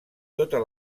totes